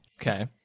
Okay